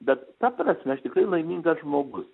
bet ta prasme aš tikrai laimingas žmogus